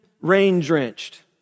rain-drenched